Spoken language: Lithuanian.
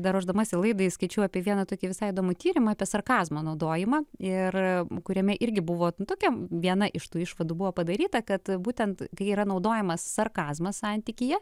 dar ruošdamasi laidai skaičiau apie vieną tokį visai įdomų tyrimą apie sarkazmo naudojimą ir kuriame irgi buvo tokia viena iš tų išvadų buvo padaryta kad būtent kai yra naudojamas sarkazmas santykyje